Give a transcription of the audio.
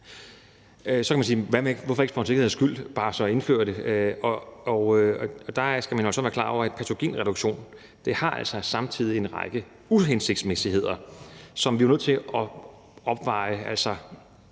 Så kan man sige: Hvorfor ikke bare for en sikkerheds skyld indføre det? Der skal man jo så være klar over, at patogenreduktion samtidig har en række uhensigtsmæssigheder, som vi er nødt til at overveje. Altså,